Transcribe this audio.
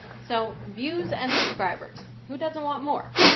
so views and subscribers who doesn't want more?